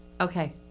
Okay